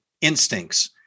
instincts